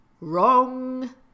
Wrong